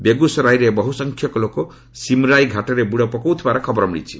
ବେଗୁସରାଇରେ ବହୁସଂଖ୍ୟକ ଲୋକ ସିମରାଇ ଘାଟରେ ବୁଡ଼ ପକାଉଥିବାର ଖବର ମିଳିଛି